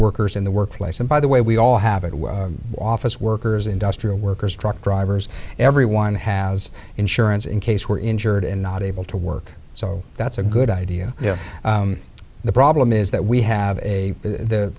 workers in the workplace and by the way we all have it where office workers industrial workers truck drivers everyone has insurance in case were injured and not able to work so that's a good idea yeah the problem is that we have a the